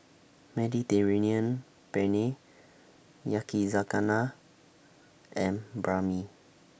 Mediterranean Penne Yakizakana and Banh MI